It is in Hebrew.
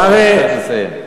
אבל אתה תסיים.